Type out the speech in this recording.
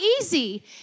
easy